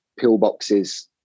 pillboxes